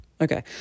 Okay